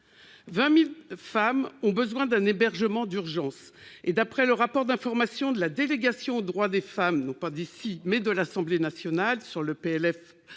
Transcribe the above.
20000 femmes ont besoin d'un hébergement d'urgence et d'après le rapport d'information de la délégation aux droits des femmes n'ont pas d'ici mais de l'Assemblée nationale sur le PLF